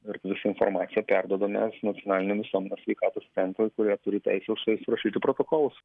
ir visą informaciją perduodame nacionaliniam visuomenės sveikatos centrui kurie turi teisę surašyti protokolus